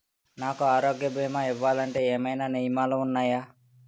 నాకు ఆరోగ్య భీమా ఇవ్వాలంటే ఏమైనా నియమాలు వున్నాయా?